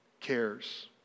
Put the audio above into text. cares